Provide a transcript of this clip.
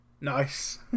Nice